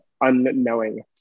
unknowing